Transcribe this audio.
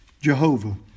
Jehovah